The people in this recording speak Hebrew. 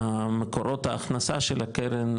מקורות ההכנסה של הקרן,